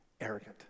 arrogant